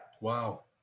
Wow